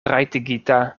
rajtigita